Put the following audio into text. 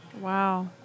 Wow